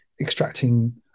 extracting